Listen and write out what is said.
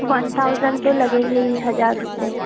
one thousand तो लगेंगे ही हज़ार रुपये